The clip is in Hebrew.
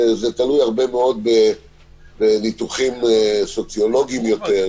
וזה תלוי הרבה מאוד בניתוחים סוציולוגיים יותר,